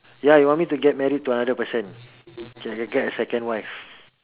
ya you want me to get married to another person get get a second wife